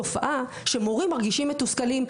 תופעה שמורים מרגישים מתוסכלים,